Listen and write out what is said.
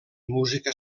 música